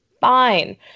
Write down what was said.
fine